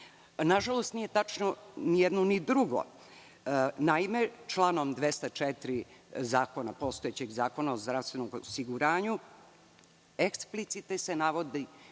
žalost, nije tačno ni jedno, ni drugo. Naime, članom 204. Zakona o zdravstvenom osiguranju eksplicite se navodi